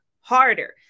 harder